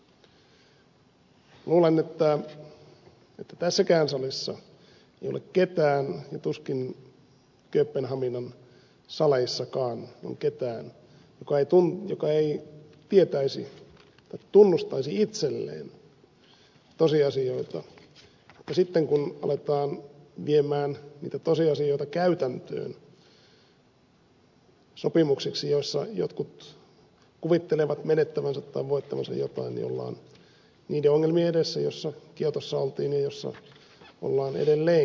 luulen että tässäkään salissa ei ole ketään ja tuskin kööpenhaminan saleissakaan on ketään joka ei tunnustaisi itselleen tosiasioita mutta sitten kun alamme viedä niitä tosiasioita käytäntöön sopimuksiksi joissa jotkut kuvittelevat menettävänsä tai voittavansa jotain ollaan niiden ongelmien edessä joissa kiotossa oltiin ja joissa ollaan edelleenkin